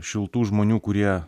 šiltų žmonių kurie